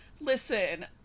Listen